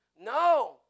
No